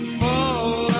fall